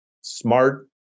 smart